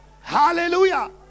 hallelujah